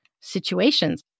situations